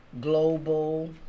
global